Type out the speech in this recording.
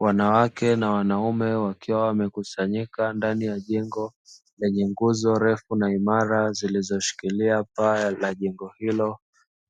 Wanawake na wanaume wakiwa wamekusanyika, ndani ya jengo lenye nguzo refu na imara zilizoshikilia paa la jengo hilo,